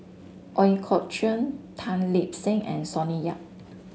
Ooi Kok Chuen Tan Lip Seng and Sonny Yap